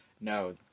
No